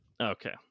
Okay